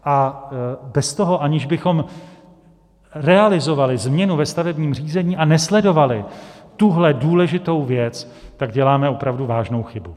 A bez toho, aniž bychom realizovali změnu ve stavebním řízení a nesledovali tuhle důležitou věc, tak děláme opravdu vážnou chybu.